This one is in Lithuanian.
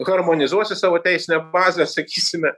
harmonizuosi savo teisinę bazę sakysime